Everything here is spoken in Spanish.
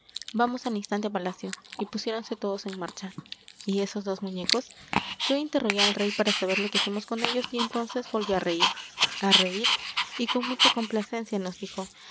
vamos al instante a palacio y pusiéronse todos en marcha y esos dos muñecos yo interrogué al rey para saber lo que hacíamos con ellos y entonces volvió a reír a reír y con mucha complacencia nos dijo